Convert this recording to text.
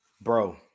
bro